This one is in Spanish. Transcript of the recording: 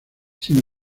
sin